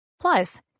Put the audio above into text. plus